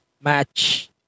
match